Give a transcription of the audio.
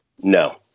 No